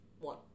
One